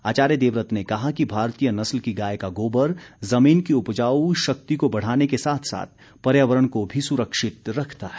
आचार्य देवव्रत ने कहा कि भारतीय नस्ल की गाय का गोबर ज़मीन की उपजाऊ शक्ति को बढ़ाने के साथ साथ पर्यावरण को भी सुरक्षित रखता है